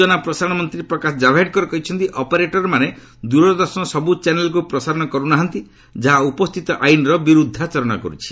ସ୍ୱଚନା ଓ ପ୍ରସାରଣ ମନ୍ତ୍ରୀ ପ୍ରକାଶ ଜାଭଡେକର କହିଛନ୍ତି ଅପରେଟରମାନେ ଦୂରଦର୍ଶନର ସବୁ ଚ୍ୟାନେଲ୍କୁ ପ୍ରସାରଣ କରୁ ନାହାନ୍ତି ଯାହା ଉପସ୍ଥିତ ଆଇନ୍ର ବିରୁଦ୍ଧାଚରଣ କରୁଛି